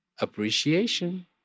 Appreciation